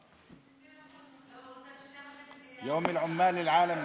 (אומר בערבית: יום הפועלים הבין-לאומי.)